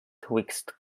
twixt